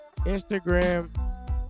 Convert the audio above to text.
Instagram